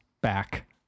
back